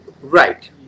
Right